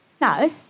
No